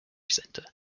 center